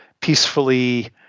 peacefully